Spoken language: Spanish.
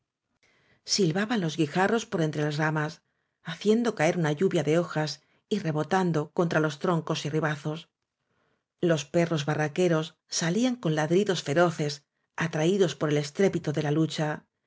silbaban los guijarros por entre las ramas haciendo caer urta lluvia de hojas y rebotando contra los troncos y ribazos los perros barra áñ queros salían con ladridos feroces atraídos por el estrépito de la lucha